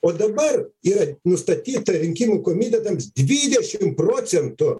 o dabar yra nustatyta rinkimų komitetams dvidešim procentų